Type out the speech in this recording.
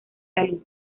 salud